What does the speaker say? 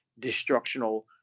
destructional